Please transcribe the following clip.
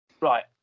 Right